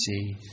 see